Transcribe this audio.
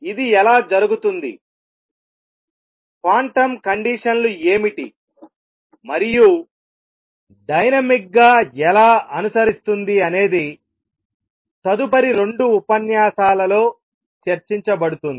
ఇది ఎలా జరుగుతుంది క్వాంటం కండిషన్ లు ఏమిటి మరియు డైనమిక్ గా ఎలా అనుసరిస్తుంది అనేది తదుపరి రెండు ఉపన్యాసాలలో చర్చించబడుతుంది